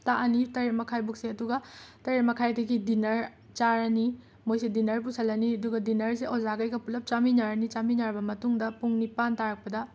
ꯇꯥꯛꯑꯅꯤ ꯇꯔꯦꯠ ꯃꯈꯥꯏꯕꯨꯛꯁꯦ ꯑꯗꯨꯒ ꯇꯔꯦꯠ ꯃꯈꯥꯏꯗꯒꯤ ꯗꯤꯅꯔ ꯆꯥꯔꯅꯤ ꯃꯣꯏꯁꯦ ꯗꯤꯅꯔ ꯄꯨꯁꯤꯜꯂꯅꯤ ꯑꯗꯨꯒ ꯗꯤꯅꯔꯁꯦ ꯑꯣꯖꯦꯈꯩꯒ ꯄꯨꯜꯂꯞ ꯆꯥꯃꯤꯟꯅꯔꯅꯤ ꯆꯥꯃꯤꯟꯅꯔꯕ ꯃꯇꯨꯡꯗ ꯄꯨꯡ ꯅꯤꯄꯥꯟ ꯇꯥꯔꯛꯄꯗ